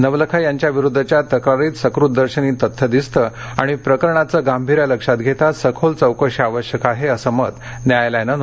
नवलखा यांच्या विरुद्धच्या तक्रारीत सकृत दर्शनी तथ्य दिसतं आणि प्रकरणाचं गांभिर्य लक्षात घेता सखोल चौकशी आवश्यक आहे असं मत न्यायालयानं नोंदवलं आहे